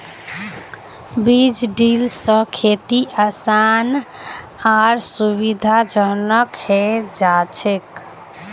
बीज ड्रिल स खेती आसान आर सुविधाजनक हैं जाछेक